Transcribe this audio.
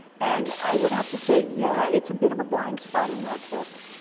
and i would have to say yeah, it's a bit of a blind spot in that book,